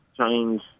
change